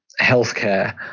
healthcare